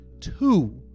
two